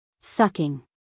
Sucking